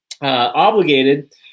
obligated